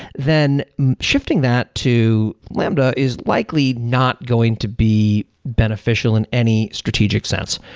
then shifting that to lambda is likely not going to be beneficial in any strategic sense.